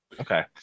okay